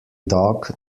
dog